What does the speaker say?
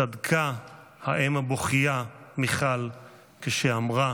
צדקה האם הבוכייה מיכל כשאמרה